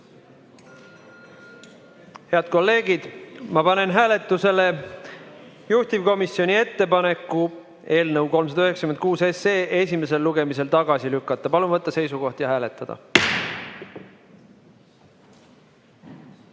Head kolleegid, ma panen hääletusele juhtivkomisjoni ettepaneku eelnõu 396 esimesel lugemisel tagasi lükata. Palun võtta seisukoht ja hääletada!